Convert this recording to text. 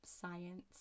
science